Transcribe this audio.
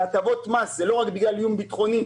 הטבות מס הן לא רק בגלל איום ביטחוני.